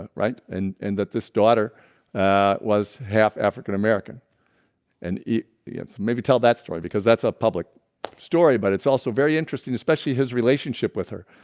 ah right and and that this daughter, ah was half african-american and maybe tell that story because that's a public story. but it's also very interesting especially his relationship with her